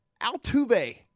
Altuve